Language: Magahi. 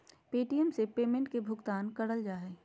पे.टी.एम से भी पेमेंट के भुगतान करल जा हय